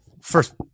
first